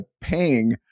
paying